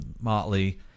Motley